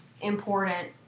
important